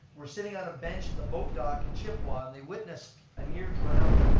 were sitting on a bench at the boat dock in chippewa, and they witnessed a near drowning.